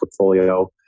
portfolio